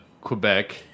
Quebec